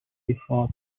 before